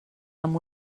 amb